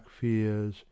fears